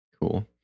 Cool